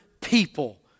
people